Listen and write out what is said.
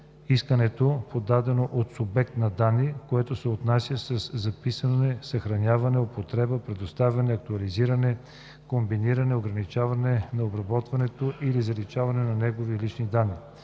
искането, подадено от субект на данни, което се отнася към записване, съхраняване, употреба, предоставяне, актуализиране, комбиниране, ограничаване на обработването или заличаване на негови лични данни.